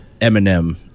Eminem